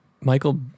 Michael